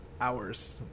hours